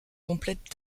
complètes